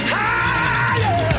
higher